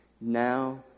Now